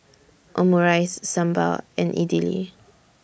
Omurice Sambar and Idili